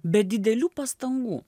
be didelių pastangų